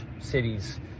cities